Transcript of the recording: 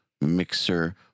mixer